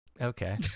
okay